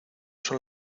son